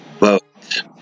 Votes